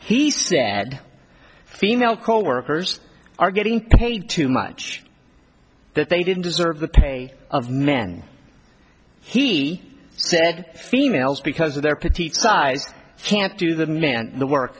he said female coworkers are getting paid too much that they didn't deserve the pay of men he said females because of their petite size can't do the men the work